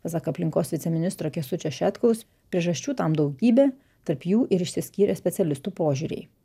pasak aplinkos viceministro kęstučio šetkaus priežasčių tam daugybė tarp jų ir išsiskyrė specialistų požiūriai